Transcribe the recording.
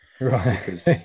right